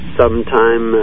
sometime